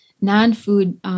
non-food